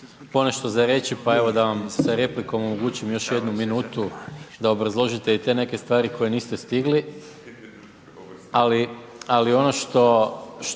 ponešto za reći, pa evo da vam sa replikom omogućim još jednu minutu da obrazložite i te neke stvari koje niste stigli. Ali ono što